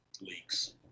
Leak's